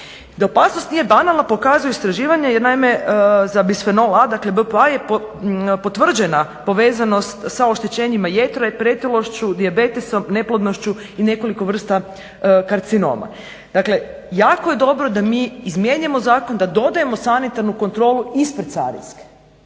opasnost nije banalna pokazuju istraživanja jer naime sa bisfenol a, dakle BPA je potvrđena povezanost sa oštećenjima jetre, pretilošću, dijabetesom, neplodnošću i nekoliko vrsta karcinoma. Dakle, jako je dobro da mi izmijenjamo zakon, da dodajemo sanitarnu kontrolu ispred carinske.